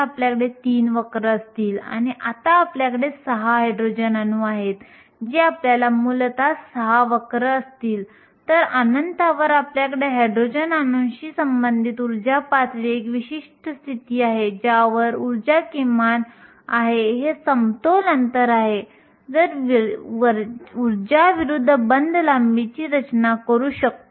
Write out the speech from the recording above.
आपल्याकडे वाहक बँडमध्ये इलेक्ट्रॉन आहेत आपल्याकडे व्हॅलेन्स बँडमध्ये छिद्र आहेत आणि हे इलेक्ट्रॉन आणि छिद्र अस्थानीकृत करण्यासाठी मांडले गेले आहेत म्हणजे ते घनमधून हालचाल करू शकतात